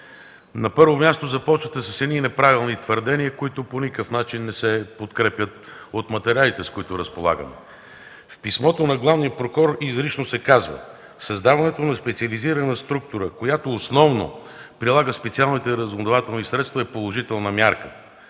На първо място, започвате с едни неправилни твърдения, които по никакъв начин не се подкрепят от материалите, с които разполагам. В писмото на главния прокурор изрично се казва: „Създаването на специализирана структура, която основно прилага специалните разузнавателни средства, е положителна мярка”.